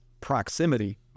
proximity